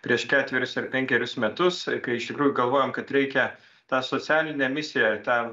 prieš ketverius ar penkerius metus kai iš tikrųjų galvojom kad reikia tą socialinę misiją tą